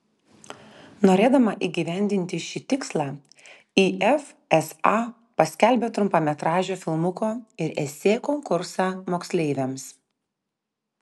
norėdama įgyvendinti šį tikslą if sa paskelbė trumpametražio filmuko ir esė konkursą moksleiviams